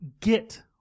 get